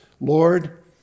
Lord